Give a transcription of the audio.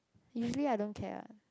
usually I don't care ah